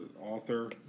author